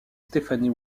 stephanie